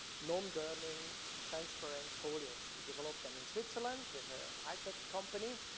non-burning transparent folios. we developed them in switzerland with a high-tech company.